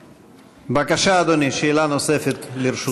בבקשה, אדוני, שאלה נוספת לרשותך.